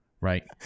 Right